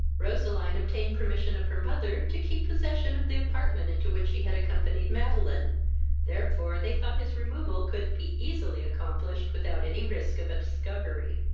roseline obtained permission of her mother to keep possession of the apartment into which she had accompanied madeline therefore they thought his removal could be easily accomplished without any risk of a discovery.